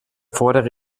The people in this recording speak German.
fordere